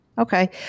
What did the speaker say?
Okay